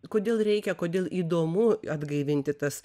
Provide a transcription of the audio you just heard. kodėl reikia kodėl įdomu atgaivinti tas